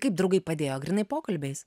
kaip draugai padėjo grynai pokalbiais